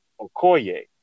Okoye